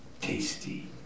tasty